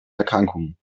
erkrankungen